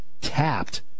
tapped